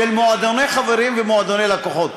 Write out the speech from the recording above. של מועדוני חברים ומועדוני לקוחות.